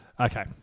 Okay